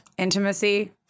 Intimacy